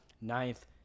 ninth